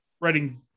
writing